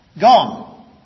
Gone